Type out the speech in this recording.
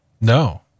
No